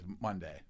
Monday